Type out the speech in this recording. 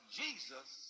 jesus